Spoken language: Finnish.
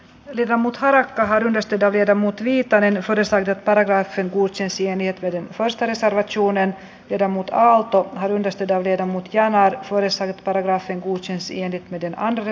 lievä mutta tähän yhdistetään jermut riitta renfors aidot parraksen kun sen sijaan jätteiden fasters ratsuun en tiedä mutta auto yhdistetään viedä mut jäämään kurissa tarra sen kuusen sienet veden alle ja